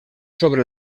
sobre